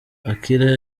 akilah